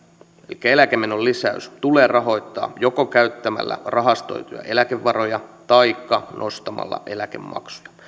elikkä eläkemenon lisäys tulee rahoittaa joko käyttämällä rahastoituja eläkevaroja taikka nostamalla eläkemaksuja